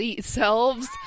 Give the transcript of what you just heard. selves